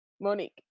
Monique